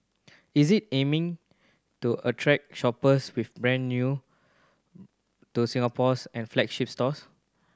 is it aiming to attract shoppers with brand new to Singapore and flagship stores